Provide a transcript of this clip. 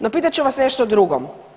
No pitat ću vas nešto drugo.